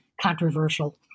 controversial